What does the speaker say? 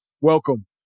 welcome